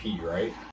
right